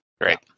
Great